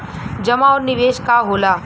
जमा और निवेश का होला?